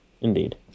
Indeed